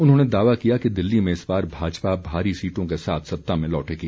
उन्होंने दावा किया कि दिल्ली में इस बार भाजपा भारी सीटों के साथ सत्ता में लौटेगी